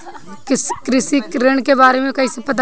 कृषि ऋण के बारे मे कइसे पता करब?